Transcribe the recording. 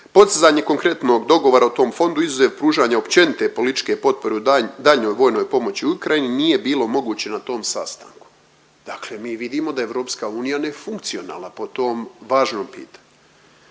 postizanje konkretnog dogovora o tom fondu izuzev pružanja općenite političke potpore u daljnjoj vojnoj pomoći Ukrajini nije bilo moguće na tom sastanku. Dakle, mi vidimo da je EU nefunkcionalna po tom važnom pitanju.